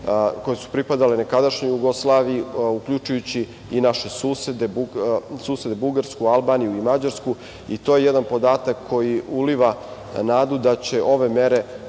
koje su pripadale nekadašnjoj Jugoslaviji, uključujući i naše susede Bugarsku, Albaniju i Mađarsku. To je jedan podatak koji uliva nadu da će ove mere